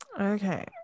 Okay